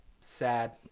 Sad